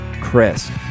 Chris